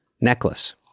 necklace